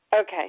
Okay